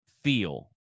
feel